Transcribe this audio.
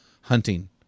hunting